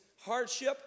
hardship